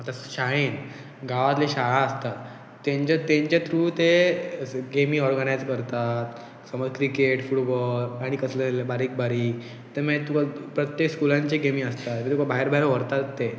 आतां शाळेन गांवांतली शाळा आसतात तेंचे तेंचे थ्रू ते गेमी ऑर्गनायज करतात समज क्रिकेट फुटबॉल आनी कसलेले बारीक बारीक ते मागीर तुका प्रत्येक स्कुलांची गेमी आसतात तुका भायर भायर व्हरतात ते